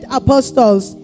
apostles